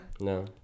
No